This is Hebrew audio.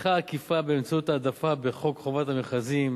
תמיכה עקיפה באמצעות העדפה בחוק חובת המכרזים,